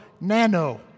Nano